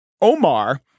Omar